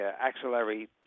axillary